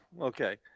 Okay